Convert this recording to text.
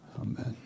Amen